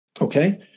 Okay